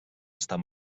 estar